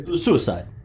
Suicide